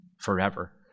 forever